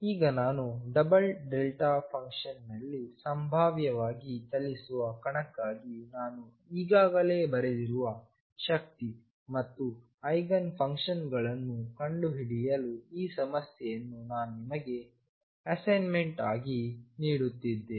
ಈಗ ನಾನು double delta function ನಲ್ಲಿ ಸಂಭಾವ್ಯವಾಗಿ ಚಲಿಸುವ ಕಣಕ್ಕಾಗಿ ನಾನು ಈಗಾಗಲೇ ಬರೆದಿರುವ ಶಕ್ತಿ ಮತ್ತು ಐಗನ್ ಫಂಕ್ಷನ್ಗಳನ್ನು ಕಂಡುಹಿಡಿಯಲು ಈ ಸಮಸ್ಯೆಯನ್ನು ನಾನು ನಿಮಗೆ ಅಸೈನ್ಮೆಂಟ್ ಆಗಿ ನೀಡುತ್ತಿದ್ದೇನೆ